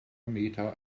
meter